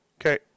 Okay